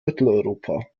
mitteleuropa